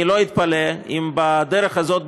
אני לא אתפלא אם בדרך הזאת,